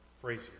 phrase